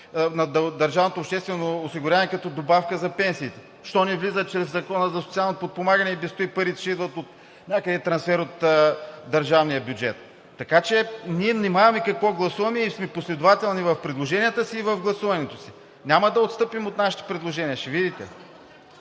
на държавното обществено осигуряване като добавка за пенсиите?! Защо не влиза чрез Закона за социално подпомагане?! И без това парите ще идват от трансфер от държавния бюджет. Ние внимаваме какво гласуваме и сме последователни в предложенията си и в гласуванията си. Няма да отстъпим от нашите предложения, ще видите.